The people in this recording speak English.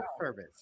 service